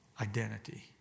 identity